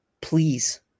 Please